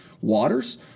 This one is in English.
waters